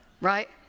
right